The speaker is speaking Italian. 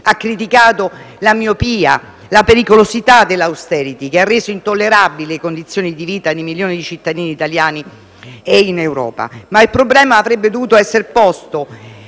ha criticato la miopia e la pericolosità dell'*austerity*, che ha reso intollerabili le condizioni di vita di milioni di cittadini in Italia e in Europa. Il problema avrebbe dovuto essere posto,